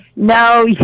No